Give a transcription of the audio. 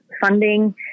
funding